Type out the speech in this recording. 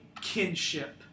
kinship